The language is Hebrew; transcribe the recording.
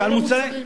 שעל מוצרי,